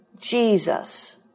Jesus